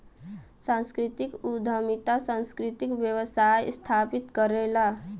सांस्कृतिक उद्यमिता सांस्कृतिक व्यवसाय स्थापित करला